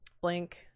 blank